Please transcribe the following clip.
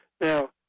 Now